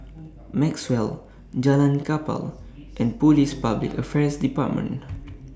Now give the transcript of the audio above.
Maxwell Jalan Kapal and Police Public Affairs department